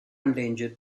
endangered